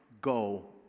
go